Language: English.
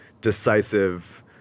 decisive